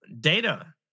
data